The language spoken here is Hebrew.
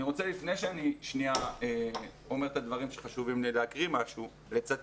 לפני שאני אומר את הדברים שחשובים לי, אצטט: